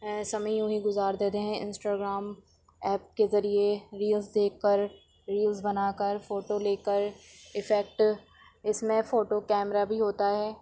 سمے یوں ہی گزار دیتے ہیں انسٹاگرام ایپ کے ذریعے ریلس دیکھ کر ریلس بنا کر فوٹو لے کر ایفیکٹ اس میں فوٹو کیمرہ بھی ہوتا ہے